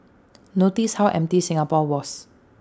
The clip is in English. notice how empty Singapore was